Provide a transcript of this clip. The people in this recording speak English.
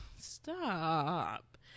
stop